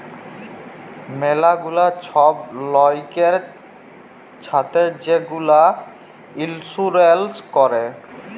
ম্যালা গুলা ছব লয়কের ছাথে যে গুলা ইলসুরেল্স ক্যরে